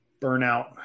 burnout